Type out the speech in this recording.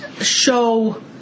show